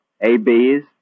ABs